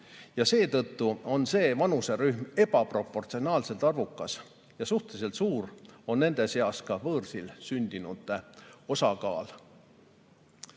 ja seetõttu on see vanuserühm ebaproportsionaalselt arvukas. Suhteliselt suur on nende seas ka võõrsil sündinute osakaal.